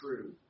true